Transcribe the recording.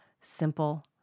simple